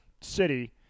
city